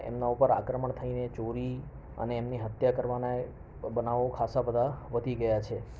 એમના પર આક્રમણ થઈને ચોરી અને એમની હત્યા કરવાના બનાવો ખાસ્સા બધા વધી ગયા છે